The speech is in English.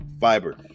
fiber